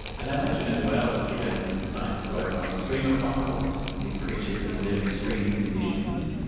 and i imagine as well, given scientists' work on extremophiles, these creatures that can live in extreme conditions,